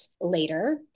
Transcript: later